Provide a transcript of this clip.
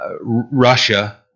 Russia